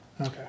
Okay